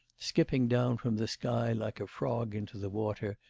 skipping down from the sky like a frog into the water,